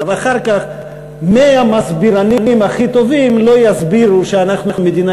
אבל אחר כך מאה מסבירנים הכי טובים לא יסבירו שאנחנו מדינה